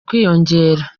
kwiyongera